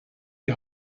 die